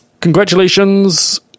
Congratulations